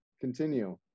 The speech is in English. Continue